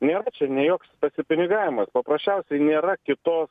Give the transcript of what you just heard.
nėra čia ne joks pasipinigavimas paprasčiausiai nėra kitos